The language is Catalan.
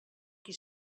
qui